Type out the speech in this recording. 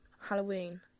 Halloween